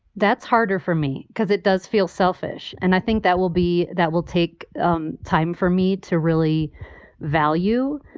that's harder for me because it does feel selfish, and i think that will be that will take um time for me to really value.